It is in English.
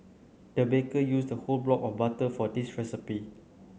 the baker used a whole block of butter for this recipe